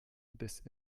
this